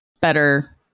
better